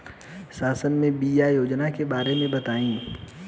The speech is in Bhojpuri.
शासन के बीमा योजना के बारे में बताईं?